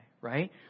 right